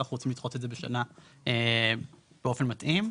אנחנו רוצים לדחות את זה בשנה באופן מתאים,